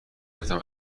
گفتم